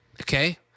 Okay